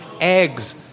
Eggs